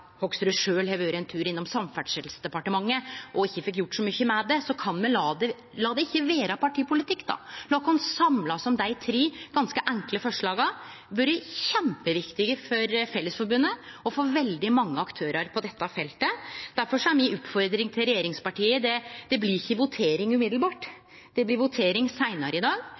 Representanten Hoksrud har sjølv vore ein tur innom Samferdselsdepartementet og fekk ikkje gjort så mykje med det. Lat det då ikkje vere partipolitikk. Lat oss samle oss om dei tre ganske enkle forslaga. Dei har vore kjempeviktige for Fellesforbundet og for veldig mange aktørar på dette feltet. Difor er mi oppmoding til regjeringspartia: Det blir ikkje votering med ein gong, det blir votering seinare i dag,